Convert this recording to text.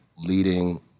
leading